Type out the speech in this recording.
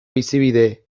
bizibide